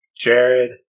Jared